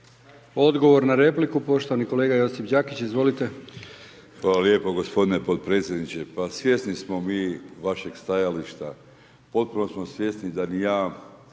Odgovor na repliku poštovani kolege Josip Đakić. Izvolite. **Đakić, Josip (HDZ)** Hvala lijepo gospodine potpredsjedniče. Pa svjesni smo mi vašeg stajališta. Potpuno smo svjesni da ni ja,